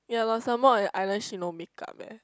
yeah lor some more at island she no makeup eh